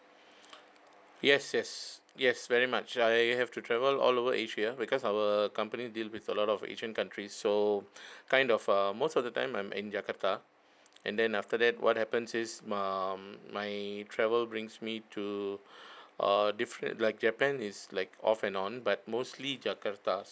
yes yes yes very much I have to travel all over asia because our accompany deal with a lot of asian countries so kind of err most of the time I'm in jarkata and then after that what happens is um my travel brings me to err different like japan is like off and on but mostly jakarta